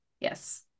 Yes